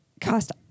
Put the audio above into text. cost